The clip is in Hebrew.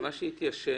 מה שיתיישן,